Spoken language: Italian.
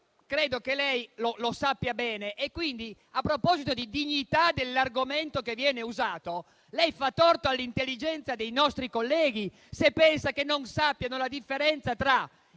Credo che lei lo sappia bene. Pertanto, a proposito di dignità dell'argomento che viene usato, lei fa torto all'intelligenza dei nostri colleghi se pensa che non sappiano la differenza tra